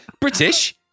British